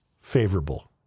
favorable